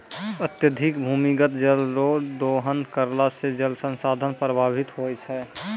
अत्यधिक भूमिगत जल रो दोहन करला से जल संसाधन प्रभावित होय छै